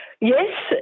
yes